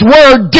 Word